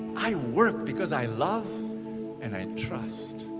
i work because i love and i trust.